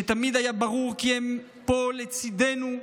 שתמיד היה ברור כי הם פה, לצידנו,